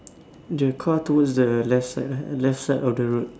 the car towards the left side ah left side of the road